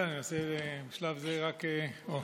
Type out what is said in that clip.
חברי הכנסת,